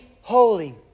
holy